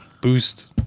boost